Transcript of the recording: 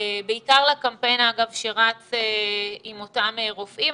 בעיקר לקמפיין, אגב, שרץ עם אותם רופאים.